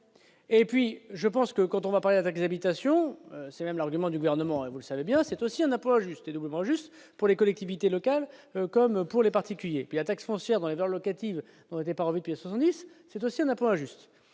Et puis je pense que quand on va parler avec des habitations, c'est même l'argument du gouvernement et vous le savez bien, c'est aussi un apport juste doublement juste pour les collectivités locales, comme pour les particuliers, la taxe foncière dans les Verts locative dans les départs avec les sur, c'est aussi un impôt injuste